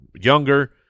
younger